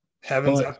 Heaven's